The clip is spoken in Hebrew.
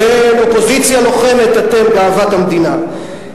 כאופוזיציה לוחמת, אתם גאוות המדינה.